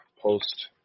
post